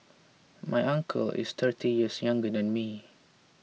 my uncle is thirty years younger than me